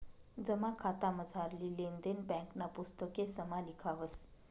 जमा खातामझारली लेन देन ब्यांकना पुस्तकेसमा लिखावस